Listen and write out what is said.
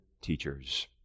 teachers